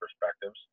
perspectives